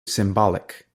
symbolic